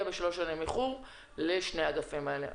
באיחור של 3 שנים לשני האגפים האלה,